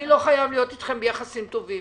אני לא חייב להיות אתכם ביחסים טובים.